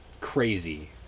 crazy